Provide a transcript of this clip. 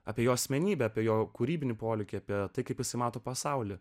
apie jo asmenybę apie jo kūrybinį polėkį apie tai kaip visi mato pasaulį